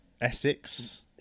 Essex